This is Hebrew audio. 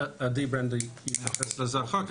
עדי ברנדר יתייחס לזה אחר כך.